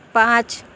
پانچ